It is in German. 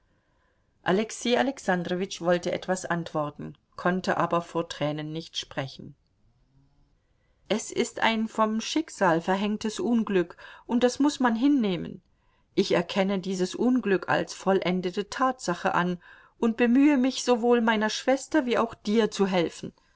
alexei alexandrowitsch wollte etwas antworten konnte aber vor tränen nicht sprechen es ist ein vom schicksal verhängtes unglück und das muß man hinnehmen ich erkenne dieses unglück als vollendete tatsache an und bemühe mich sowohl meiner schwester wie auch dir zu helfen